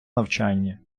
навчання